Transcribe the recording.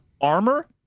armor